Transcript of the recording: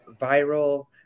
viral